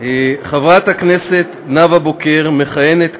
חברת הכנסת נאווה בוקר מכהנת,